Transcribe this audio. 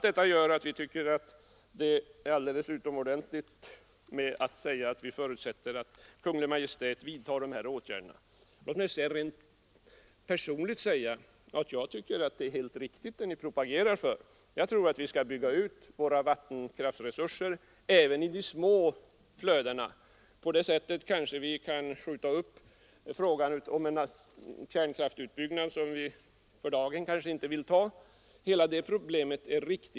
Detta gör att vi tycker att det är alldeles utomordentligt att säga att vi förutsätter att Kungl. Maj:t vidtar dessa åtgärder. Låt mig sedan rent personligt säga att jag tycker att det ni propagerar för är helt riktigt. Jag tror att vi skall bygga ut våra vattenkraftsresurser även i de små flödena. På det sättet kanske vi kan skjuta upp frågan om kärnkraftsutbyggnaden, som vi för dagen inte vill besluta om.